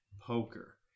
poker